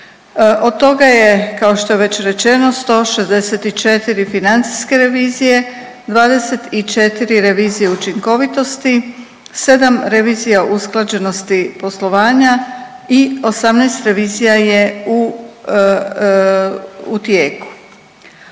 Od toga je kao što je već rečeno 164 financijske revizije, 24 revizije učinkovitosti, 7 revizija usklađenosti poslovanja i 18 revizija je u, u tijeku.